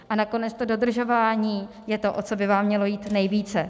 A nakonec to dodržování je to, o co by vám mělo jít nejvíce.